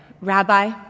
Rabbi